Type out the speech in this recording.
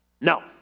No